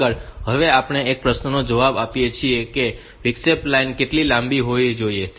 આગળ હવે આપણે એ પ્રશ્નનો જવાબ આપીએ છીએ કે વિક્ષેપ લાઈન કેટલી લાંબી હોવી જોઈએ